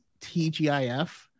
TGIF